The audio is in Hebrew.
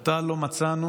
/ אותה לא מצאנו.